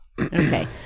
Okay